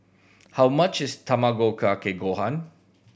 how much is Tamago Kake Gohan